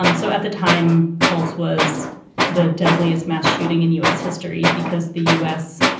um so at the time, pulse was the deadliest mass shooting in u s. history because the u s.